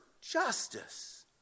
justice